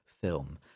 film